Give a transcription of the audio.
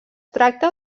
tracta